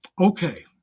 Okay